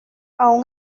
aún